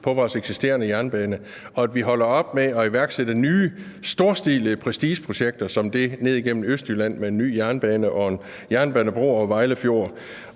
på vores eksisterende jernbane, og at vi holder op med at iværksætte nye storstilede prestigeprojekter som det ned igennem Østjylland med en ny jernbane og en jernbanebro over Vejle Fjord.